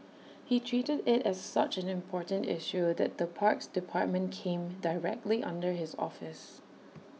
he treated IT as such an important issue that the parks department came directly under his office